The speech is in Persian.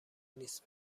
نیست